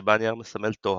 שבה הנייר מסמל טוהר.